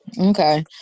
Okay